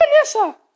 Vanessa